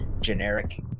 generic